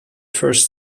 first